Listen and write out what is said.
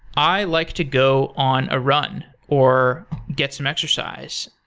i like to go on a run, or get some exercise,